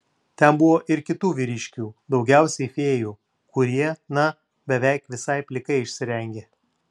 ten buvo ir kitų vyriškių daugiausiai fėjų kurie na beveik visai plikai išsirengė